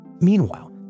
Meanwhile